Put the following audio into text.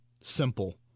simple